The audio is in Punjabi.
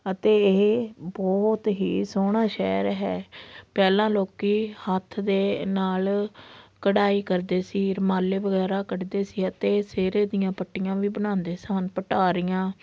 ਅਤੇ ਇਹ ਬਹੁਤ ਹੀ ਸੋਹਣਾ ਸ਼ਹਿਰ ਹੈ ਪਹਿਲਾਂ ਲੋਕ ਹੱਥ ਦੇ ਨਾਲ਼ ਕਢਾਈ ਕਰਦੇ ਸੀ ਰੁਮਾਲੇ ਵਗੈਰਾ ਕੱਢਦੇ ਸੀ ਅਤੇ ਸਿਹਰੇ ਦੀਆਂ ਪੱਟੀਆਂ ਵੀ ਬਣਾਉਂਦੇ ਸਨ ਪਟਾਰੀਆਂ